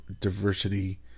diversity